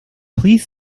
please